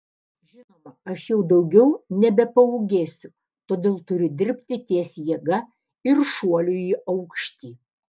žinoma aš jau daugiau nebepaūgėsiu todėl turiu dirbti ties jėga ir šuoliu į aukštį